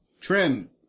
Trim